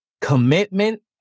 commitment